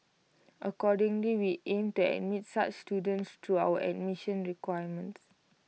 accordingly we aim to admit such students through our admission requirements